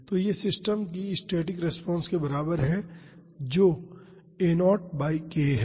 तो यह सिस्टम की स्टैटिक रिस्पांस के बराबर है जो a0 बाई k है